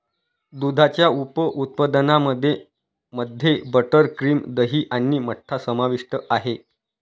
दुधाच्या उप उत्पादनांमध्ये मध्ये बटर, क्रीम, दही आणि मठ्ठा समाविष्ट आहे